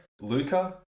Luca